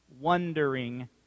wondering